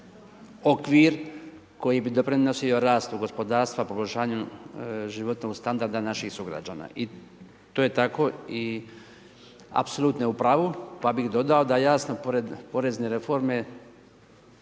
okvir koji bi doprinosio rastu gospodarstva, poboljšanju života i standarda naših sugrađana. I to je tako i apsolutno je u pravu pa bih dodao da jasno pored porezne reforme